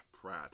Pratt